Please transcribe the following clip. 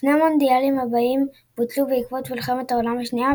שני המונדיאלים הבאים בוטלו בעקבות מלחמת העולם השנייה,